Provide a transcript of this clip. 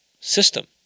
system